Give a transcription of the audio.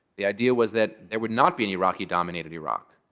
the idea was that there would not be an iraqi-dominated iraq.